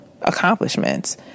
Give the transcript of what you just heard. accomplishments